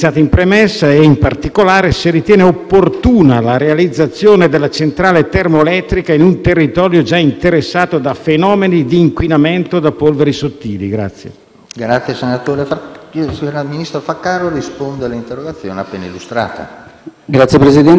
La Conferenza si è poi conclusa con l'approvazione del manuale operativo per l'attuazione dell'accordo di Parigi, il *rulebook*, che ha stabilito fra le altre cose l'utilizzo delle nuove linee guida nella valutazione dei gas climateranti e la redazione di un inventario delle emissioni con scadenza biennale.